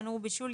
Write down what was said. תנור בישול,